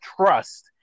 trust